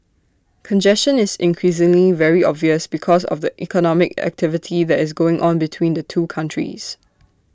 congestion is increasingly very obvious because of the economic activity that is going on between the two countries